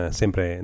sempre